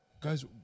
guys